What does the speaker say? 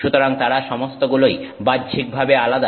সুতরাং তারা সমস্তগুলোই বাহ্যিকভাবে আলাদা